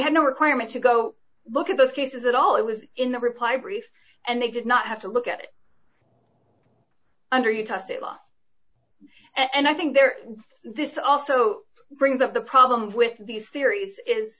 had no requirement to go look at those cases at all it was in the reply brief and they did not have to look at it under you tossed it off and i think there this also brings up the problem with these theories is